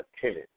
tenant